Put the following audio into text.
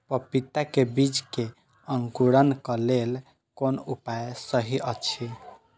पपीता के बीज के अंकुरन क लेल कोन उपाय सहि अछि?